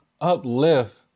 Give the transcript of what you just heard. uplift